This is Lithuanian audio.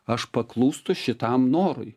aš paklūstu šitam norui